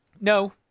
No